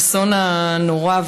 האסון הנורא,